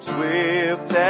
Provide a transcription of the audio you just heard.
Swift